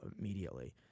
immediately